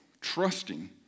trusting